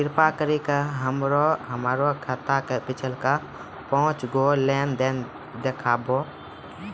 कृपा करि के हमरा हमरो खाता के पिछलका पांच गो लेन देन देखाबो